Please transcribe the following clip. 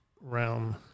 realm